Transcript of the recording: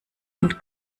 und